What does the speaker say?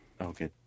Okay